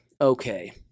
Okay